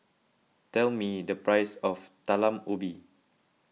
tell me the price of Talam Ubi